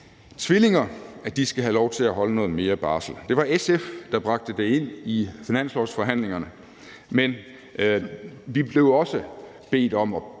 tvillinger skal have lov til at holde noget mere barsel. Det var SF, der bragte det ind i finanslovsforhandlingerne, men vi blev også bedt om at